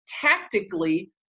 Tactically